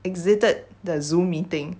exited the zoom meeting